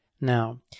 Now